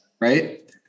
Right